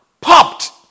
popped